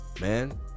man